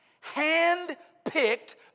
hand-picked